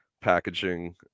packaging